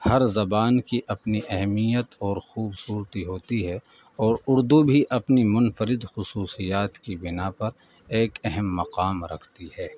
ہر زبان کی اپنی اہمت اور خوبصورتی ہوتی ہے اور اردو بھی اپنی منفرد خصوصیات کی بنا پر ایک اہم مقام رکھتی ہے